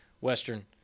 Western